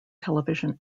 television